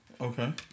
Okay